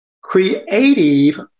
Creative